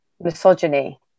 misogyny